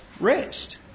rest